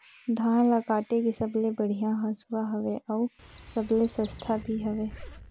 धान ल काटे के सबले बढ़िया हंसुवा हवये? अउ सबले सस्ता भी हवे?